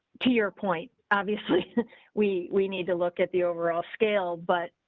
to your point. obviously we we need to look at the overall scale, but.